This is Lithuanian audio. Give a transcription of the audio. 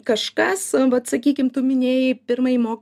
kažkas vat sakykim tu minėjai pirmai mok